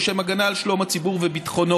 לשם ההגנה על שלום הציבור וביטחונו